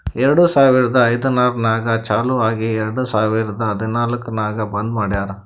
ಎರಡು ಸಾವಿರದ ಐಯ್ದರ್ನಾಗ್ ಚಾಲು ಆಗಿ ಎರೆಡ್ ಸಾವಿರದ ಹದನಾಲ್ಕ್ ನಾಗ್ ಬಂದ್ ಮಾಡ್ಯಾರ್